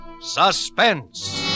Suspense